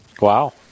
wow